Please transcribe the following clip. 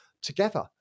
together